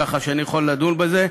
ככה שאני יכול לדון בזה.